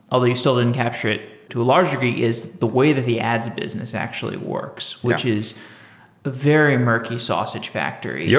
although you still didn't capture it to a large degree, is the way that the ads business actually works, which is very murky sausage factory. yeah